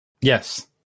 Yes